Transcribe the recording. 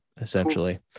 essentially